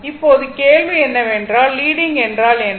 இப்போது கேள்வி என்னவென்றால் லீடிங் என்றால் என்ன